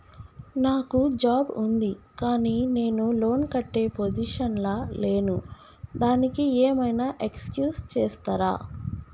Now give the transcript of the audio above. నాకు జాబ్ ఉంది కానీ నేను లోన్ కట్టే పొజిషన్ లా లేను దానికి ఏం ఐనా ఎక్స్క్యూజ్ చేస్తరా?